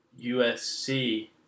USC –